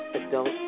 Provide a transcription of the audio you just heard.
Adult